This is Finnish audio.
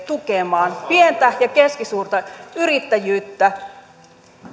tukemaan pientä ja keskisuurta yrittäjyyttä